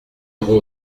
irons